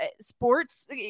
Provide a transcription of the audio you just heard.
sports